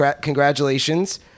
Congratulations